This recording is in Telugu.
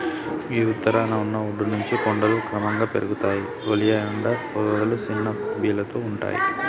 గీ ఉత్తరాన ఉన్న ఒడ్డు నుంచి కొండలు క్రమంగా పెరుగుతాయి ఒలియాండర్ పొదలు సిన్న బీలతో ఉంటాయి